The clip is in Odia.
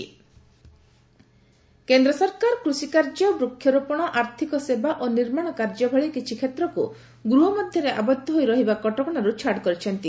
ଲକଡାଉନ୍ ଏଜେମ୍ସନ୍ କେନ୍ଦ୍ର ସରକାର କୃଷିକାର୍ଯ୍ୟ ବୃକ୍ଷରୋପଣ ଆର୍ଥିକ ସେବା ଓ ନିର୍ମାଣ କାର୍ଯ୍ୟ ଭଳି କିଛି କ୍ଷେତ୍ରକୁ ଗୃହ ମଧ୍ୟରେ ଆବଦ୍ଧ ହୋଇ ରହିବା କଟକଣାରୁ ଛାଡ଼ କରିଛନ୍ତି